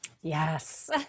Yes